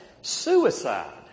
suicide